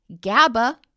GABA